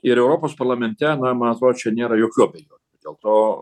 ir europos parlamente na man atrodo čia nėra jokių abejo dėl to